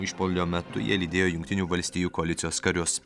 išpuolio metu jie lydėjo jungtinių valstijų koalicijos karius